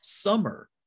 summer